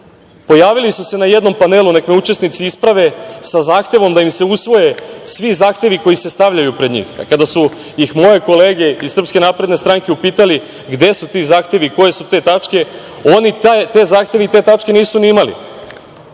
pojavili su se na jednom panelu, nek me učesnici isprave, sa zahtevom da im se usvoje svih zahtevi koji se stavljaju pred njih. Kada su ih moje kolege iz SNS upitali gde su ti zahtevi, koje su to tačke. Oni te zahteve i te tačke nisu ni imali.